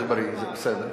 אז מזה מתחיל השוויון.